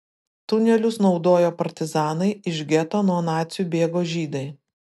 tunelius naudojo partizanai iš geto nuo nacių bėgo žydai